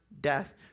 death